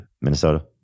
Minnesota